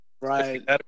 Right